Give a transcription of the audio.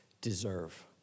deserve